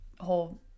whole